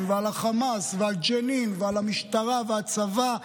ועל החמאס ועל ג'נין ועל המשטרה והצבא וכו'